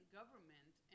government